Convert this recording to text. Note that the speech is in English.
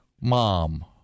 Mom